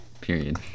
period